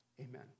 Amen